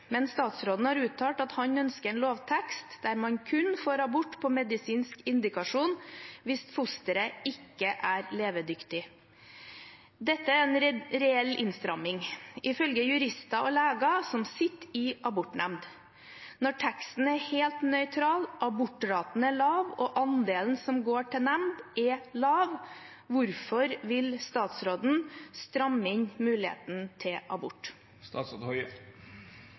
men statsråden har uttalt at han ønsker en lovtekst der man kun får abort på medisinsk indikasjon hvis fosteret «ikke er levedyktig». Dette er en reell innstramming, ifølge jurister og leger, som sitter i abortnemnd. Når teksten er helt nøytral, abortraten er lav og andelen som går til nemnd, er lav, hvorfor vil statsråden stramme inn muligheten til abort?»